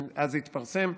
אז זה התפרסם,